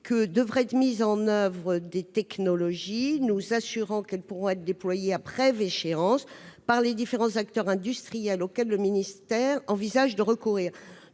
que « devraient être mises en oeuvre des technologies nous assurant qu'elles pourront être déployées à brève échéance par les différents acteurs industriels auxquels le ministère envisage de recourir